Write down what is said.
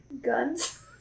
Guns